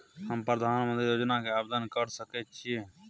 हम प्रधानमंत्री योजना के आवेदन कर सके छीये?